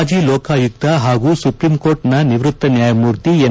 ಮಾಜಿ ಲೋಕಾಯುಕ್ತ ಹಾಗೂ ಸುಪ್ರೀಂಕೋರ್ಟ್ ನಿವೃತ್ತ ನ್ಯಾಯಮೂರ್ತಿ ಎನ್